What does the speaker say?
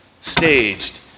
staged